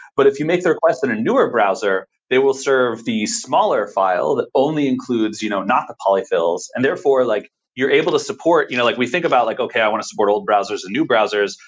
but if you make the request in a newer browser, they will serve the smaller file that only includes you know not the polyfills. and therefore, like you're able to support you know like we think about like, okay, i want to support old browsers and new browsers.